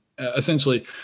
essentially